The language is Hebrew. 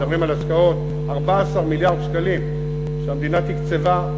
מדברים על השקעה של 14 מיליארד שקלים שהמדינה תקצבה,